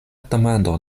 demando